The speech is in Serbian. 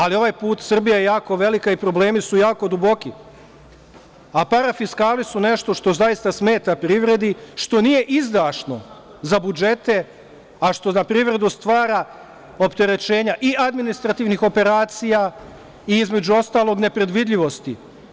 Ali ovaj put, Srbija je jako velika i problemi su jako duboki, a parafiskali su nešto što zaista smeta privredi, što nije izdašno za budžete, a što za privredu stvara opterećenja i administrativnih operacija i između ostalog nepredvidljivosti.